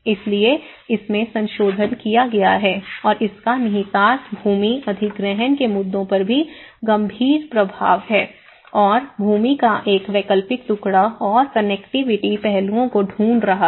इसलिए इसमें संशोधन किया गया है और इसका निहितार्थ भूमि अधिग्रहण के मुद्दों पर गंभीर प्रभाव है और भूमि का एक वैकल्पिक टुकड़ा और कनेक्टिविटी पहलुओं को ढूंढ रहा है